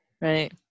right